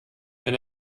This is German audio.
wenn